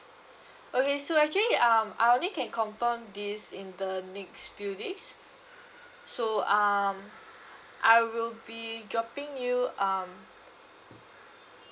okay so actually um I only can confirm this in the next few days so um I will be dropping you um